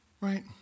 right